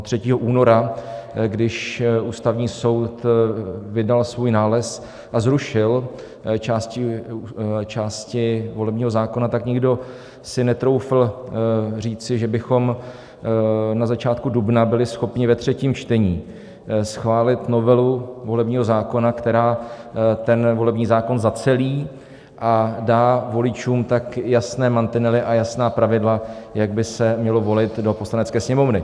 Třetího února, když Ústavní soud vydal svůj nález a zrušil části volebního zákona, si nikdo netroufl říci, že bychom na začátku dubna byli schopni ve třetím čtení schválit novelu volebního zákona, která ten volební zákon zacelí a dá voličům tak jasné mantinely a jasná pravidla, jak by se mělo volit do Poslanecké sněmovny.